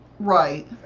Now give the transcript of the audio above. Right